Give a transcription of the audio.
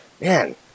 Man